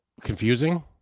confusing